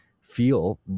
feel